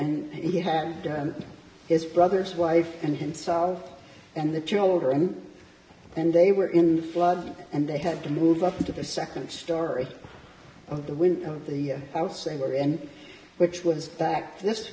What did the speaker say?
and he had his brother's wife and himself and the children then they were in floods and they had to move up into the second story of the when the house they were in which was back this